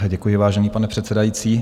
Děkuji, vážený pane předsedající.